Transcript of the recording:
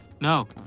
No